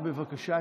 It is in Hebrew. בבקשה.